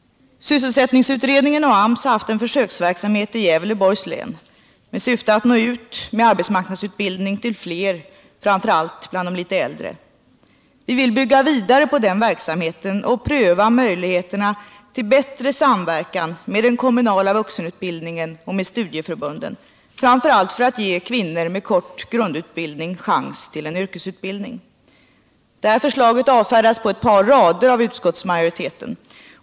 Sysselsättningsutredningen har haft en försöksverksamhet i Gävleborgs län. Vi vill bygga vidare på den verksamheten och pröva möjligheterna till bättre samverkan med den kommunala vuxenutbildningen och med studieförbunden, framför allt för att ge kvinnor med kort grundutbildning chans till en yrkesutbildning. Det förslaget avfärdas emellertid på bara ett par rader av utskottsmajoriteten.